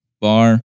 bar